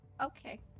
Okay